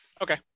Okay